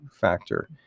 factor